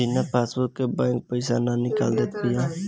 बिना पासबुक के बैंक पईसा ना निकाले देत बिया